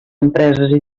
empreses